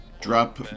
drop